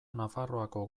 nafarroako